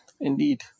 Indeed